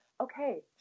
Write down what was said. Okay